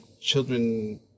children